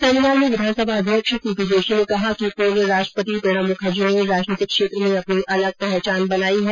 seminar में विधानसभा अध्यक्ष सीपी जोशी ने कहा कि पूर्व राष्ट्रपति प्रणब मुखर्जी ने राजनीतिक क्षेत्र में अपनी अलग पहचान बनाई है